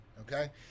okay